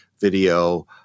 video